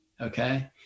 okay